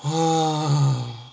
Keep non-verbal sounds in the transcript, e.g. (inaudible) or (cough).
(breath)